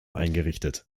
eingerichtet